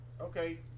Okay